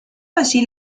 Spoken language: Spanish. allí